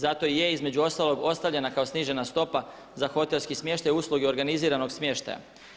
Zato i je između ostalog ostavljena kao snižena stopa za hotelski smještaj, usluge organiziranog smještaja.